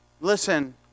Listen